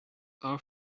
are